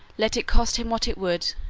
let it cost him what it would,